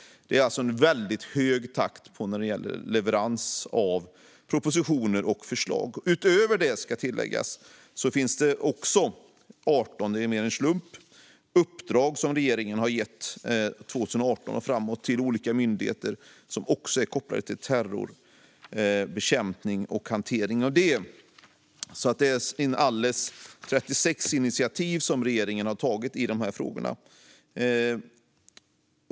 Det är alltså en väldigt hög takt när det gäller leverans av propositioner och förslag. Utöver det har regeringen 2018 och framåt gett 18 uppdrag - det är mer en slump att det är 18 - till olika myndigheter, som också är kopplade till terrorbekämpning. Det är alltså inalles 36 initiativ som regeringen har tagit i dessa frågor.